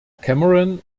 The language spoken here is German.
cameron